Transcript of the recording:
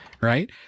right